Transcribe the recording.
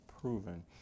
proven